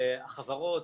החברות,